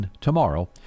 tomorrow